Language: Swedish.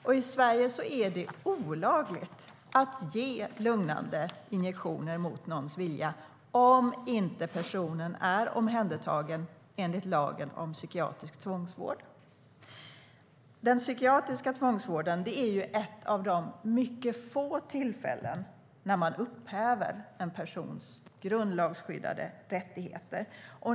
I Sverige är det olagligt att ge lugnande injektioner mot någons vilja om inte personen är omhändertagen enligt lagen om psykiatrisk tvångsvård. Den psykiatriska tvångsvården är ett av mycket få tillfällen då man upphäver en persons grundlagsskyddade rättigheter.